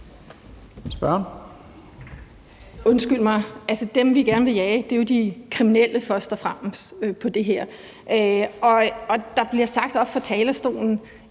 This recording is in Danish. Undskyld mig, dem, vi gerne vil jage, er jo først og fremmest de kriminelle. Der bliver sagt oppe fra talerstolen,